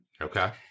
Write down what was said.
Okay